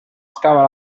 scava